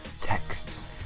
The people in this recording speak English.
texts